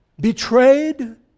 betrayed